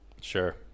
sure